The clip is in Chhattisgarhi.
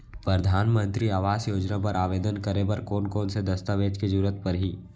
परधानमंतरी आवास योजना बर आवेदन करे बर कोन कोन से दस्तावेज के जरूरत परही?